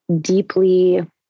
deeply